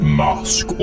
mask